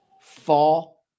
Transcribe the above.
fall